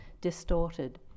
distorted